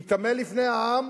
מתעמל לפני העם,